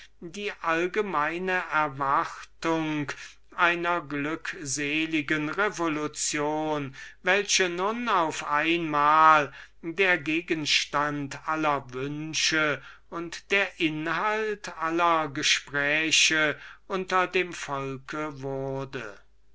die allgemeine erwartung einer glückseligen revolution welche nun auf einmal der gegenstand aller wünsche und der inhalt aller gespräche unter dem volke wurde